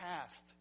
past